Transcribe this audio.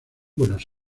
buenos